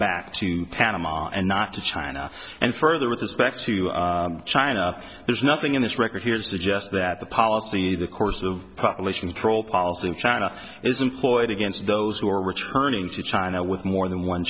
back to panama and not to china and further with respect to china there's nothing in this record here suggest that the policy the course of the population control policy of china it's employed against those who are returning to china with more than one